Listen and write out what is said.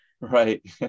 Right